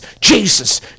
Jesus